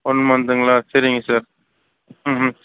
one மந்த்துங்ளா சரிங்க sir ம் ம்